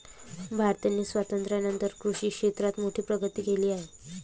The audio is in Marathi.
भारताने स्वातंत्र्यानंतर कृषी क्षेत्रात मोठी प्रगती केली आहे